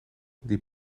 die